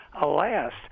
alas